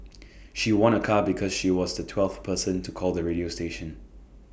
she won A car because she was the twelfth person to call the radio station